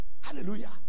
hallelujah